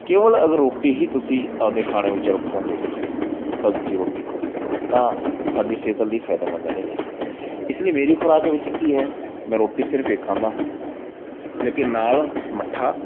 ਕੇਵਲ ਅਗਰ ਰੋਟੀ ਹੀ ਤੁਸੀਂ ਆਪਣੇ ਖਾਣੇ ਵਿੱਚ ਰੱਖੋਂਗੇ ਸਬਜ਼ੀ ਰੋਟੀ ਤਾਂ ਸਾਡੀ ਸਿਹਤ ਲਈ ਫ਼ਾਇਦੇਮੰਦ ਨਹੀਂ ਹੈ ਇਸ ਲਈ ਮੇਰੀ ਖੁਰਾਕ ਵਿੱਚ ਕੀ ਹੈ ਮੈਂ ਰੋਟੀ ਸਿਰਫ਼ ਇਹ ਖਾਂਦਾ ਹਾਂ ਲੇਕਿਨ ਨਾਲ ਮੱਠਾ